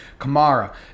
Kamara